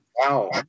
Wow